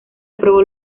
aprobó